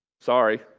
Sorry